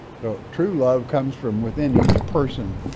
true love comes from within each person.